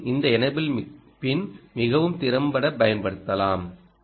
ஓவின் இந்த enable pin மிகவும் திறம்பட பயன்படுத்தலாம்